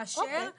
כאשר העדיפות,